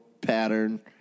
pattern